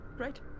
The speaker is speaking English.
Right